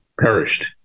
perished